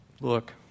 look